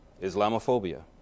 Islamophobia